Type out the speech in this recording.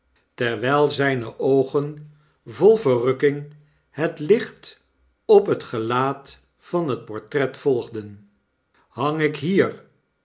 terwyl zyne oogen vol verrukking het licht op het gelaat van het portret volgden hang ik hier